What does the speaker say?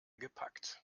gepackt